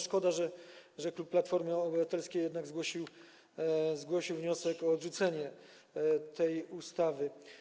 Szkoda, że klub Platformy Obywatelskiej jednak zgłosił wniosek o odrzucenie tej ustawy.